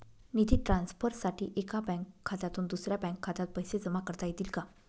निधी ट्रान्सफरसाठी एका बँक खात्यातून दुसऱ्या बँक खात्यात पैसे जमा करता येतील का?